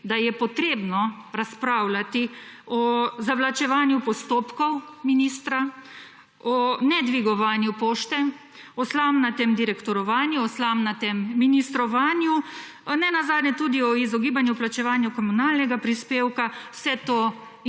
da je potrebno razpravljati o zavlačevanju postopkov ministra, o nedvigovanju pošte, o slamnatem direktorovanju, o slamnatem ministrovanju, nenazadnje tudi o izogibanju plačevanja komunalnega prispevka. Vse to